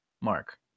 Mark